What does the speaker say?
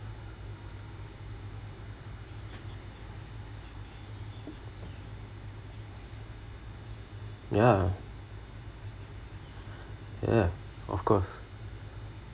ya ya of course